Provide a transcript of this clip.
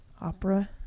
Opera